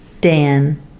Dan